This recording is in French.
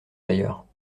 d’ailleurs